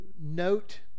note